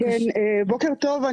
בוקר טוב,